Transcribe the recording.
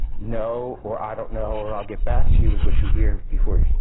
no, or i don't know, or i'll get back to you is what you hear before